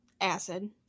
Acid